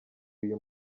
uyu